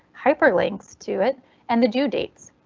hyperlinks to it and the due dates.